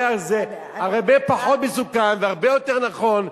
הרי זה הרבה פחות מסוכן והרבה יותר נכון,